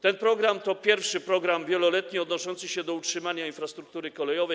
Ten program to pierwszy program wieloletni odnoszący się do utrzymania infrastruktury kolejowej.